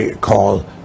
call